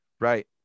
Right